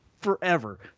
forever